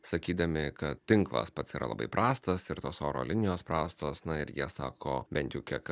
sakydami kad tinklas pats yra labai prastas ir tos oro linijos prastos na ir jie sako bent jau kiek